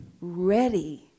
ready